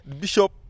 bishop